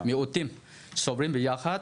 מיעוטים שסובלים ביחד.